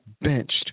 benched